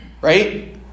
Right